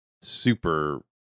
super